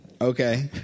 Okay